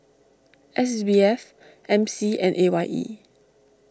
S B F M C and A Y E